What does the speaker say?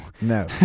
no